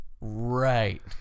right